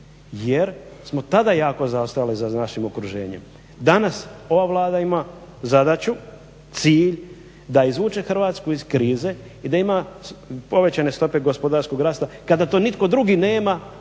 jer smo tada jako zaostajali za našim okruženjem. Danas ova Vlada ima zadaću, cilj da izvuče Hrvatsku iz krize i da ima povećane stope gospodarskog rasta kada to nitko drugi nema,